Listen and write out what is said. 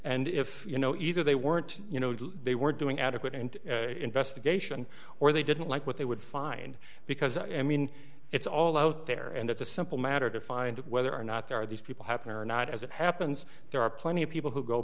and if you know either they weren't you know they were doing adequate and investigation or they didn't like what they would find because i mean it's all out there and it's a simple matter to find out whether or not there are these people happen or not as it happens there are plenty of people who go